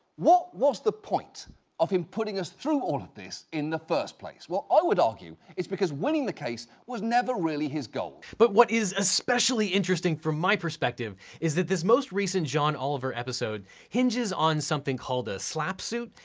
what was the point of him putting us through all of this in the first place? what i would argue is because winning the case was never really his goal. but what is especially interesting from my perspective is that this most recent john oliver episode hinges on something called a slapp suit,